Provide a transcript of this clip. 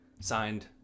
Signed